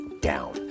down